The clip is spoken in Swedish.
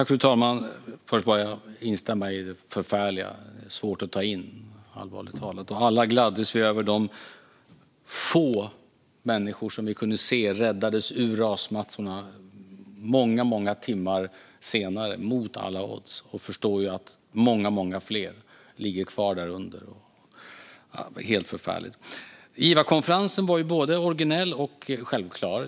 Fru talman! Först vill jag bara instämma i att det som hänt är förfärligt. Det är svårt att ta in, allvarligt talat. Alla gladdes vi åt att se de få människor som kunde räddas ur rasmassorna många timmar senare, mot alla odds, men vi förstår ju att många, många fler ligger kvar därunder. Det är helt förfärligt. Givarkonferensen är både originell och självklar.